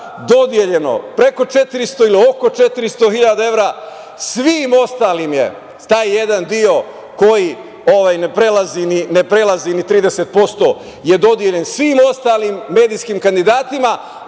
dodeljeno oko 400.000 evra. Svima ostalima je taj jedan deo koji ne prelazi ni 30% dodeljen svim ostalim medijskim kandidatima,